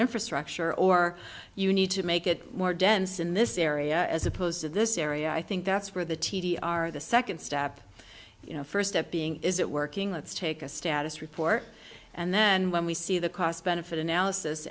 infrastructure or you need to make it more dense in this area as opposed to this area i think that's where the t d r the second step first step being is it working let's take a status report and then when we see the cost benefit analysis